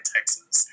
Texas